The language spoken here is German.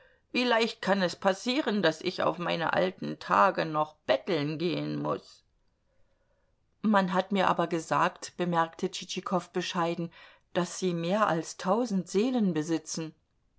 leicht kann es passieren daß ich auf meine alten tage noch betteln gehen muß man hat mir aber gesagt bemerkte tschitschikow bescheiden daß sie mehr als tausend seelen besitzen